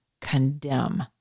condemn